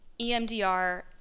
EMDR